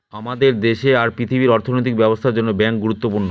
আমাদের দেশে আর পৃথিবীর অর্থনৈতিক ব্যবস্থার জন্য ব্যাঙ্ক গুরুত্বপূর্ণ